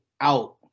out